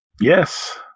Yes